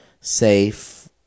safe